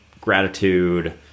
gratitude